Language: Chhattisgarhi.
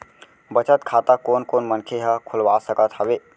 बचत खाता कोन कोन मनखे ह खोलवा सकत हवे?